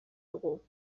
dugu